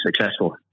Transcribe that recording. successful